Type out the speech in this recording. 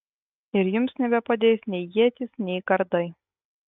ir jums nebepadės nei ietys nei kardai